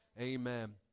Amen